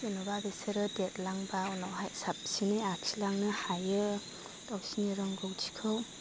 जेन'बा बिसोरो देदलांबा उनावहाय साबसिनै आखिलांनो हायो गावसोनि रोंगौथिखौ